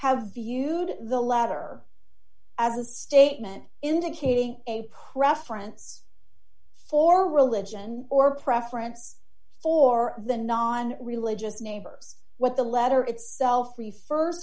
have viewed the letter as a statement indicating a preference for religion or preference for the non religious neighbors what the letter itself refer